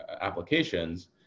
applications